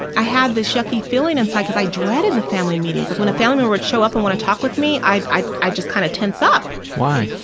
i had this yucky feeling inside because i dreaded the family meetings. like when a family would show up and want to talk with me, i i just kind of tense up. why?